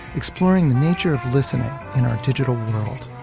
exploring the nature of listening in our digital world.